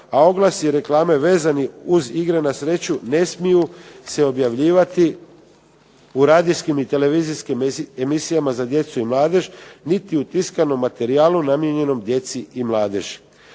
a oglasi i reklame vezani uz igre na sreću ne smiju se objavljivati u radijskim i televizijskim emisijama za djecu i mladež, niti u tiskanom materijalu namijenjenom djeci i mladeži.